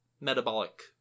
metabolic